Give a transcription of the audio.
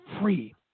free